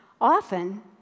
often